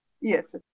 Yes